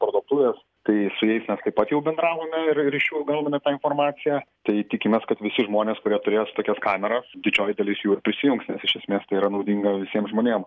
parduotuvės tai su jais mes taip pat jau bendravome ir ir iš jų gauname tą informaciją tai tikimės kad visi žmonės kurie turėjo tokias kameras didžioji dalis jų ir prisijungs nes iš esmės tai yra naudinga visiem žmonėm